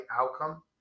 outcome